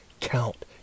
count